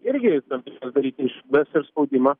irgi tam tikrą daryti iš bes ir spaudimą